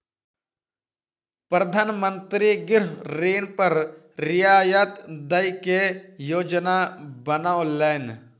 प्रधान मंत्री गृह ऋण पर रियायत दय के योजना बनौलैन